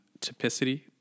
typicity